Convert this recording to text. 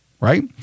Right